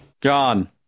John